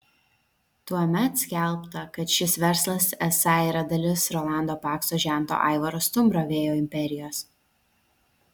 tuomet skelbta kad šis verslas esą yra dalis rolando pakso žento aivaro stumbro vėjo imperijos